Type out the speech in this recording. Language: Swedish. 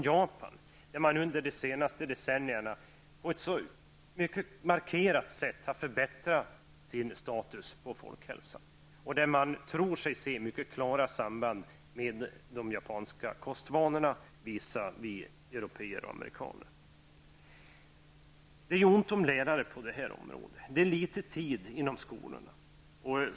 I Japan hade man under de senaste decennierna på ett markant sätt förbättrat status på folkhälsan. Där tror man sig se ett mycket klart samband med de japanska kostvanorna visavi kosten hos européerna och amerikanerna. Det är ont om lärare på det här området. Ämnet ges liten tid i skolan.